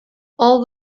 all